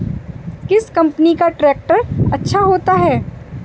किस कंपनी का ट्रैक्टर अच्छा होता है?